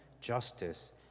justice